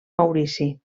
maurici